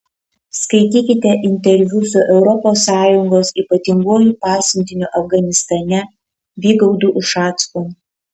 skaitykite interviu su europos sąjungos ypatinguoju pasiuntiniu afganistane vygaudu ušacku